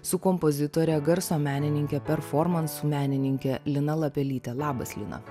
su kompozitore garso menininke performansų menininke lina lapelyte labas lina